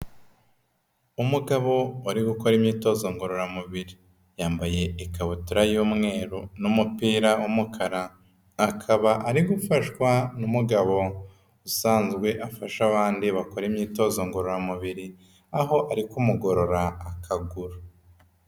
Umugabo wari gukora imyitozo ngororamubiri, yambaye ikabutura y'umweru n'umupira w'umukara, akaba ari gufashwa n'umugabo usanzwe afasha abandi bakora imyitozo ngororamubiri, aho ari kumugorora akaguru.